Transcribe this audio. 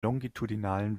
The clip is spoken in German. longitudinalen